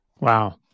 Wow